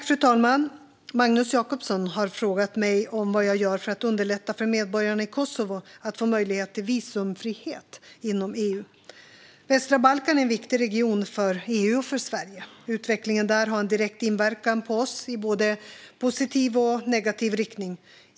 Fru talman! Magnus Jacobsson har frågat mig vad jag gör för att underlätta för medborgarna i Kosovo att få möjlighet till visumfrihet inom EU. Västra Balkan är en viktig region för EU och för Sverige. Utvecklingen där har en direkt inverkan på oss i både positiv och negativ riktning.